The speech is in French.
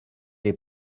l’ai